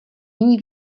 jiní